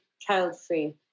child-free